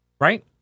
right